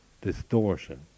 distortion